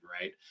right